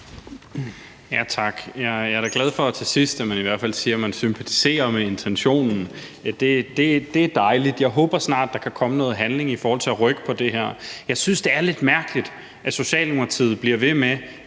Tak. Jeg er da glad for, at man i hvert fald til sidst siger, at man sympatiserer med intentionen. Det er dejligt. Jeg håber snart, der kan komme noget handling i forhold til at rykke på det her. Jeg synes, det er lidt mærkeligt, at Socialdemokratiet bliver ved med